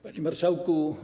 Panie Marszałku!